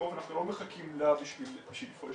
--- אנחנו לא מחכים לה בשביל לפעול,